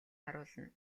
харуулна